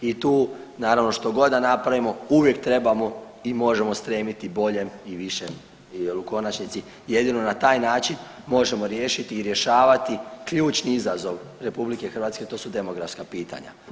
I tu naravno što god da napravimo uvijek trebamo i možemo stremiti boljem i višem jer u konačnici jedino na taj način možemo riješiti i rješavati ključni izazov RH, to su demografska pitanja.